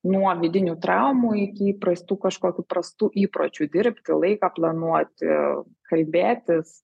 nuo vidinių traumų iki įprastų kažkokių prastų įpročių dirbti laiką planuoti kalbėtis